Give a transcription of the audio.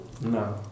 No